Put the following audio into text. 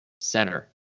center